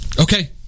Okay